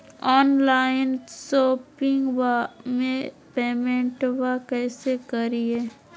Online शोपिंगबा में पेमेंटबा कैसे करिए?